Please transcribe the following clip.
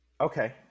Okay